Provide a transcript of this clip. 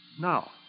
Now